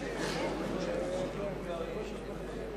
חסות ותשדירי שירות) (הוראת שעה)